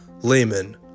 layman